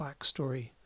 backstory